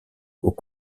aux